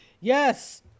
Yes